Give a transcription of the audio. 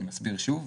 אני אסביר שוב,